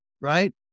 right